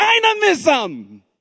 dynamism